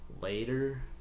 later